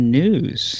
news